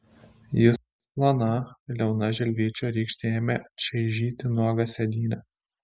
jis plona liauna žilvičio rykšte ėmė čaižyti nuogą sėdynę